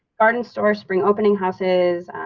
garden stores, spring opening houses,